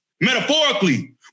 metaphorically